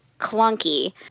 clunky